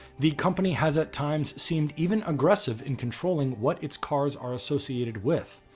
the company has at times seemed even aggressive in controlling what its cars are associated with.